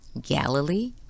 Galilee